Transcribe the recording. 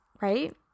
right